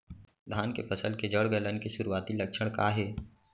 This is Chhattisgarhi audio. धान के फसल के जड़ गलन के शुरुआती लक्षण का हे?